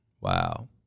Wow